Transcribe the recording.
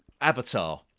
avatar